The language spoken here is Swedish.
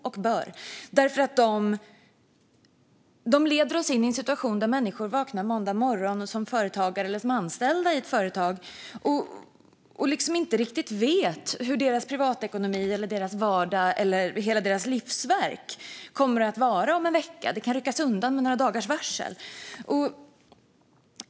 De leder oss nämligen in i en situation där människor vaknar måndag morgon, antingen som företagare eller som anställda i ett företag, och inte riktigt vet hur deras privatekonomi, deras vardag eller hela deras livsverk kommer att se ut om en vecka. Det kan ryckas undan med några dagars varsel.